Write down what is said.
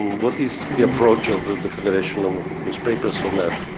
what is the approach of the federation of newspapers on that?